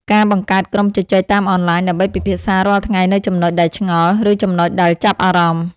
ការបង្កើតក្រុមជជែកតាមអនឡាញ ដើម្បីពិភាក្សារាល់ថ្ងៃនូវចំណុចដែលឆ្ងល់ ឬចំណុចដែលចាប់អារម្មណ៍។